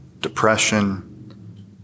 depression